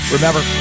Remember